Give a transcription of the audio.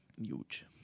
huge